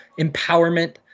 empowerment